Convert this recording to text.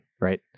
Right